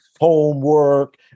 homework